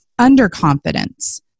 underconfidence